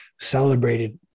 celebrated